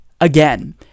again